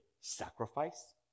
sacrifice